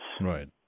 Right